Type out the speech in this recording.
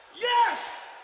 Yes